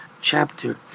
chapter